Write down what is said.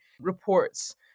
reports